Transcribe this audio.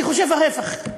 אני חושב ההפך,